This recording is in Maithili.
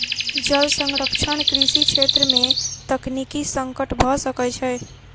जल संरक्षण कृषि छेत्र में तकनीकी संकट भ सकै छै